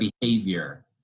behavior